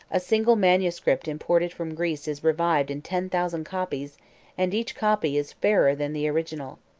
a single manuscript imported from greece is revived in ten thousand copies and each copy is fairer than the original.